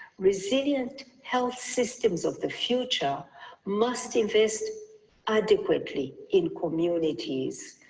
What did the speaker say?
resilient health systems of the future must invest adequately in communities,